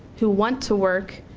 who want to work,